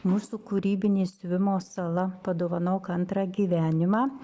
mūsų kūrybinė siuvimo sala padovanok antrą gyvenimą